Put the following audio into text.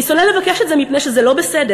אני שונא לבקש את זה מפני שזה לא בסדר.